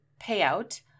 payout